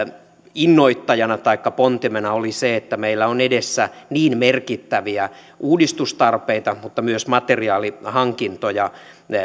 innoittajana taikka pontimena oli se että meillä on edessä niin merkittäviä uudistustarpeita mutta myös materiaalihankintoja